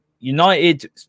United